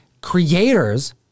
creators